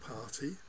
party